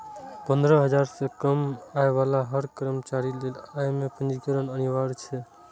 पंद्रह हजार सं कम आय बला हर कर्मचारी लेल अय मे पंजीकरण अनिवार्य छै